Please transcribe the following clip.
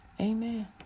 Amen